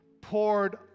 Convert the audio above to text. poured